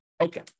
Okay